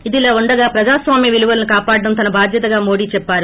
ఇదిలా ఉండగా ప్రజాస్వామ్య విలువలు కాపాడటం తన బాధ్యతగా మోడీ చెప్పారు